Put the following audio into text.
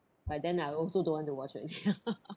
by then I also don't want to watch already